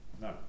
No